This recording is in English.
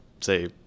say